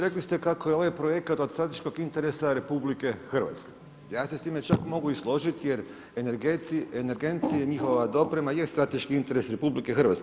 Rekli ste kako je ovaj projekat od strateškog interesa RH, ja se čak mogu s time složiti jer energent i njihova doprema je strateški interes RH.